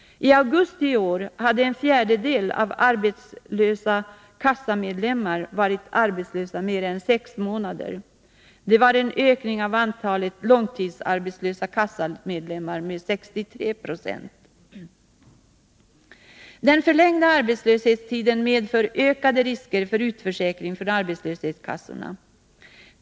I augusti i år hade en fjärdedel av de arbetslösa kassamedlemmarna varit arbetslösa mer än sex månader. Det var en ökning av antalet långtidsarbetslösa kassamedlemmar med 63 96. Den förlängda arbetslöshetstiden medför ökade risker för utförsäkring från arbetslöshetskassorna.